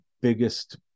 biggest